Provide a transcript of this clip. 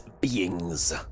beings